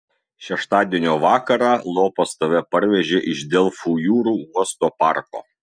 šeštadienio vakarą lopas tave parvežė iš delfų jūrų uosto parko